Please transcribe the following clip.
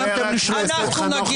אנחנו נגיב